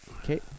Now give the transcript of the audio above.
okay